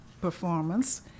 performance